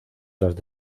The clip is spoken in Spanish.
las